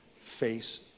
face